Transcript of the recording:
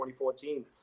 2014